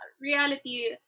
reality